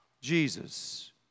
Jesus